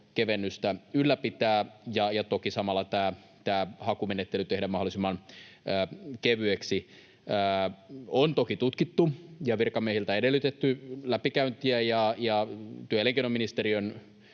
veronkevennystä ylläpitää ja toki samalla tämä hakumenettely tehdä mahdollisimman kevyeksi. On toki tutkittu ja virkamiehiltä edellytetty läpikäyntiä, ja työ- ja elinkeinoministeriön